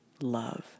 love